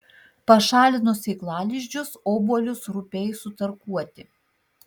pašalinus sėklalizdžius obuolius rupiai sutarkuoti